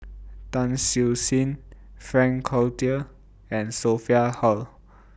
Tan Siew Sin Frank Cloutier and Sophia Hull